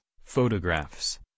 photographs